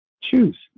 Choose